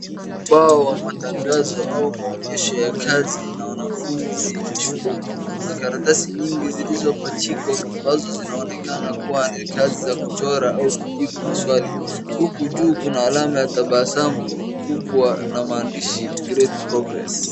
Ubao wa matangazo au maonyesho ya kazi na wanafunzi shuleni. Kuna karatasi nyingi zilizopachikwa ambazo zinaonekana kuwa ni kazi za kuchora au kujibu maswali. Huku juu kuna alama ya tabasamu kubwa na maandishi great progress .